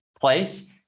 place